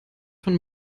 von